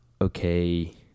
okay